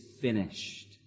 finished